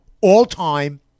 all-time